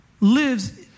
lives